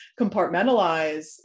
compartmentalize